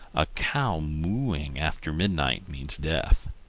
a cow mooing after midnight means death.